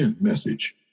message